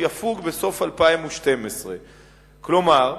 שיפוג בסוף 2012. כלומר,